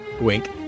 Wink